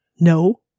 No